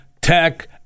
tech